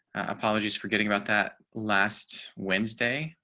apologies for getting about that last wednesday,